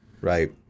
right